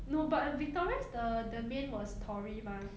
no but victorious the the main was tori mah